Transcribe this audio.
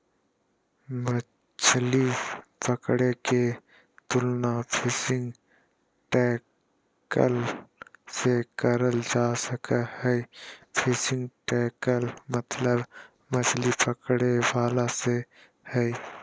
मछली पकड़े के तुलना फिशिंग टैकल से करल जा सक हई, फिशिंग टैकल मतलब मछली पकड़े वाला से हई